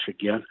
again